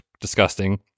Disgusting